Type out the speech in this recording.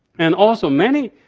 and also many,